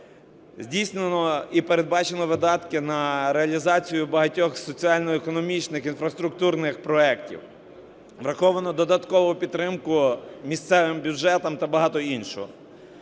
Здійснено і передбачено видатки на реалізацію багатьох соціально-економічних, інфраструктурних проектів. Враховано додатково підтримку місцевим бюджетам та багато іншого.